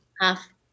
half